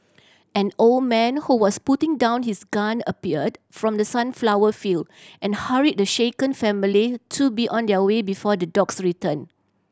an old man who was putting down his gun appeared from the sunflower field and hurried the shaken family to be on their way before the dogs return